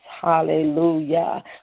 Hallelujah